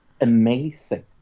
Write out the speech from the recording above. amazing